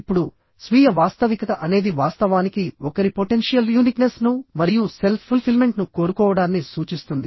ఇప్పుడు స్వీయ వాస్తవికత అనేది వాస్తవానికి ఒకరి పొటెన్షియల్ యూనిక్నెస్ ను మరియు సెల్ఫ్ ఫుల్ఫిల్మెంట్ ను కోరుకోవడాన్ని సూచిస్తుంది